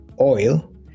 oil